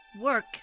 work